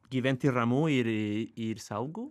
gyventi ramu ir ir saugu